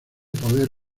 poder